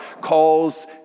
calls